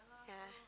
yeah